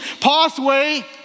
pathway